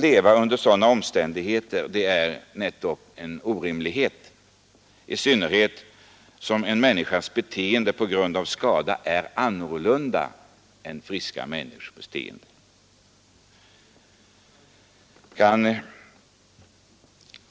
leva under sådana omständigheter är en orimlighet, i all synnerhet som en skadad människas beteende är annorlunda än friska människors beteende.